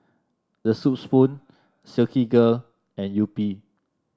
The Soup Spoon Silkygirl and Yupi